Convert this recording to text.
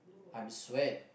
I'm sweat